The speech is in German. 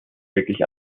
wirklich